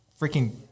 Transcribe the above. freaking